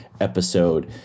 episode